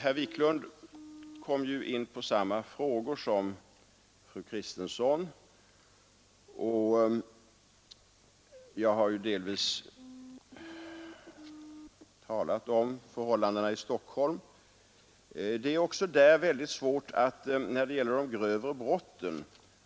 Herr Wiklund i Stockholm kom ju in på samma frågor som fru Kristensson, och jag har ju delvis talat om förhållandena i Stockholm. Det är också där väldigt svårt att när det gäller de grövre brotten